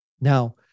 Now